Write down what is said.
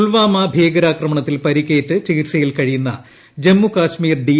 പുൽവാമ ഭീകരാക്രമണത്തിൽ പരിക്കേറ്റ് ചികിത്സയിൽ കഴിയുന്ന ജമ്മു കാശ്മീർ ഡി